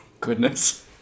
Goodness